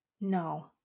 no